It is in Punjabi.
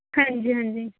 ਹਾਂਜੀ ਹਾਂਜੀ